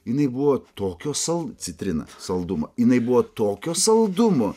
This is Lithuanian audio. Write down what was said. jinai buvo tokio sal citrina saldumo jinai buvo tokio saldumo